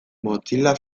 mozilla